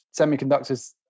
semiconductors